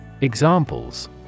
Examples